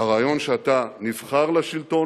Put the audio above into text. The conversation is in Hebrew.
- הרעיון שאתה נבחר לשלטון,